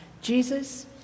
Jesus